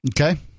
Okay